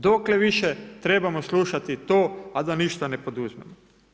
Dokle više trebamo slušati to, a da ništa ne poduzmemo?